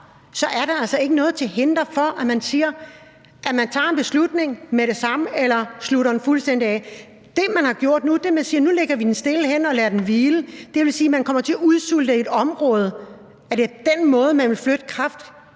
så er der altså ikke noget til hinder for, at man tager en beslutning med det samme eller slutter det fuldstændig af. Det, som man har gjort nu, er, at man siger, at nu lægger vi den stille hen og lader den hvile. Det vil sige, at man kommer til at udsulte et område. Er det den måde, man vil flytte